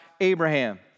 Abraham